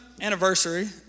anniversary